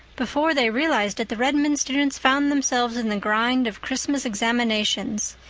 before they realized it the redmond students found themselves in the grind of christmas examinations,